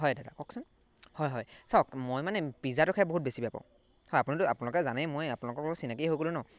হয় দাদা কওকচোন হয় হয় চাওক মই মানে পিজ্জাটো খাই বহুত বেছি বেয়া পাওঁ হয় আপোনা আপোনালোকে জানেই মই আপোনালোকৰ লগত চিনাকিয়েই হৈ গ'লোঁ ন